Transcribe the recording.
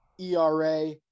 ERA